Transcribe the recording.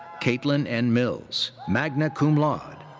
caitlyn n. mills, magna cum laude.